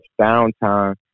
downtime